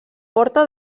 porta